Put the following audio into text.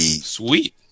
Sweet